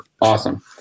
awesome